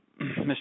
Mr